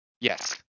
Yes